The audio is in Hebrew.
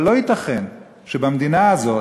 אבל לא ייתכן שבמדינה הזו